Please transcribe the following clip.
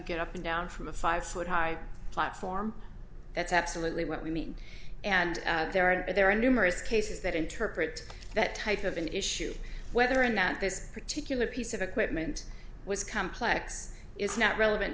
get up and down from a five foot high platform that's absolutely what we mean and there are there are numerous cases that interpret that type of an issue whether in that this particular piece of equipment was complex is not relevant